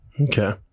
Okay